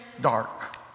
dark